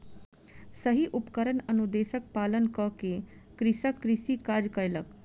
सही उपकरण अनुदेशक पालन कअ के कृषक कृषि काज कयलक